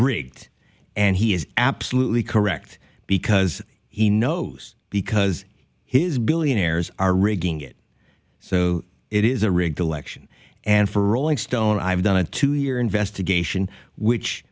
rigged and he is absolutely correct because he knows because his billionaires are rigging it so it is a rigged election and for rolling stone i've done a two year investigation which